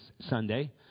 Sunday